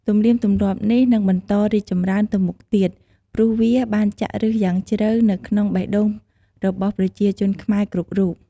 ទំនៀមទម្លាប់នេះនឹងបន្តរីកចម្រើនទៅមុខទៀត ព្រោះវាបានចាក់ឫសយ៉ាងជ្រៅនៅក្នុងបេះដូងរបស់ប្រជាជនខ្មែរគ្រប់រូប។